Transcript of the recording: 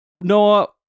Noah